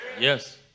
Yes